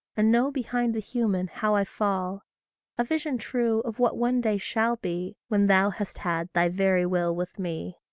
and know behind the human how i fall a vision true, of what one day shall be, when thou hast had thy very will with me.